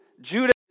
Judah